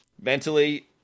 mentally